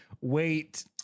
wait